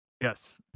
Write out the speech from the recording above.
Yes